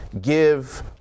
give